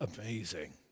amazing